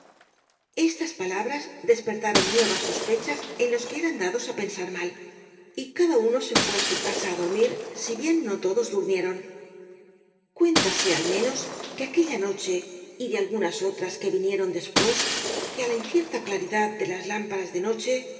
estas palabras despertaron nuevas sospechas en el caballero de las botas azules los que eran dados á pensar mal y cada uno se fué á su casa á dormir si bien no todos durmieron cuéntase al menos de aquella noche y de algunas otras que vinieron después que á la incierta claridad de las lámparas de noche